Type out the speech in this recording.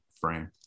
frame